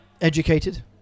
educated